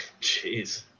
Jeez